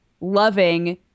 loving